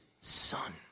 son